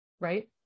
right